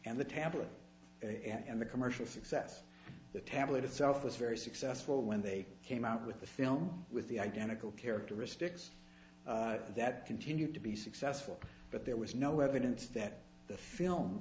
and the tablet and the commercial success the tablet itself was very successful when they came out with a film with the identical characteristics that continued to be successful but there was no evidence that the film